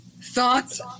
thoughts